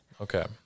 okay